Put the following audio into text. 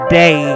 day